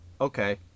Okay